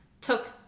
took